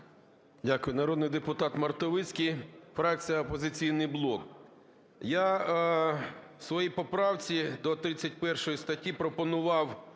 Дякую. Народний депутат Мартовицький, фракція "Опозиційний блок". Я в своїй поправці до 31 статті пропонував